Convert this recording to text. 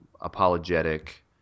apologetic